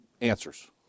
answers